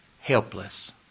helpless